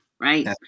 right